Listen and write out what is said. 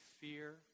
fear